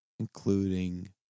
including